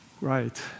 Right